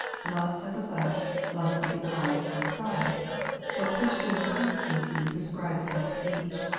lust of the flesh, lust of the eyes, and pride what christian continency pre scribes as to each.